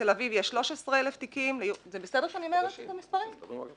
לתל אביב יש 13,000 תיקים זה בסדר שאני אומרת את המספרים מבחינתכם?